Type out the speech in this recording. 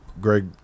Greg